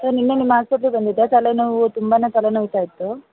sir ನಿನ್ನೆ ನಿಮ್ಮ ಆಸ್ಪಿಟ್ಲಿಗೆ ಬಂದಿದ್ದೆ ತಲೆನೋವು ತುಂಬನೆ ತಲೆ ನೋವ್ತಾಯಿತ್ತು